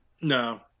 No